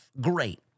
Great